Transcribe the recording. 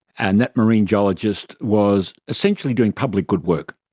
and that marine geologist was essentially doing public good work.